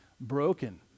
broken